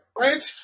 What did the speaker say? right